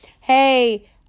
hey